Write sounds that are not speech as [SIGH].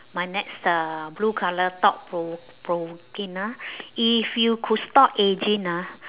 my next uh blue colour thought pro~ provoking ah [BREATH] if you could stop aging ah